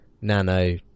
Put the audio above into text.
nano